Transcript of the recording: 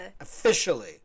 Officially